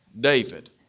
David